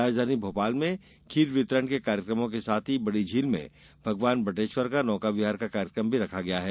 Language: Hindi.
राजधानी भोपाल में खीर वितरण के कार्यकमों के साथ ही बड़ी झील में भगवान बटेश्वर का नौका विहार का कार्यक्रम भी रखा गया है